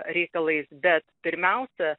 reikalais bet pirmiausia